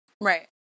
Right